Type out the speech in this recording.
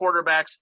quarterbacks